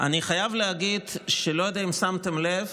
אני חייב להגיד שאני לא יודע אם שמתם לב